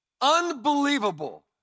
unbelievable